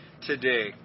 today